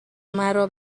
مرا